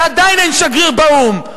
ועדיין אין שגריר באו"ם,